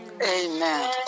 Amen